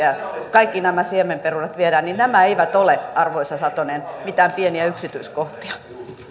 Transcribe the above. ja kaikki nämä siemenperunat viedään nämä eivät ole arvoisa satonen mitään pieniä yksityiskohtia